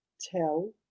tell